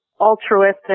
altruistic